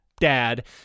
dad